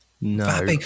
No